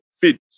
fit